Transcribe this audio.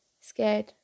scared